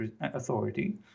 authority